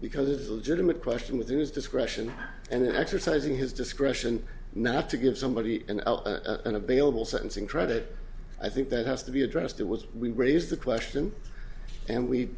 because it's a legitimate question within his discretion and exercising his discretion not to give somebody an available sentencing credit i think that has to be addressed that was we raised the question and we